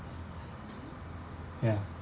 ya